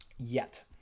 yet.